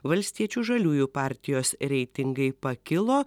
valstiečių žaliųjų partijos reitingai pakilo